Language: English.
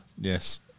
Yes